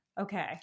okay